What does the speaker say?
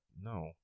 No